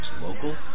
local